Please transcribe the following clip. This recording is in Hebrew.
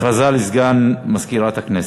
הכרזה לסגן מזכירת הכנסת.